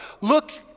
Look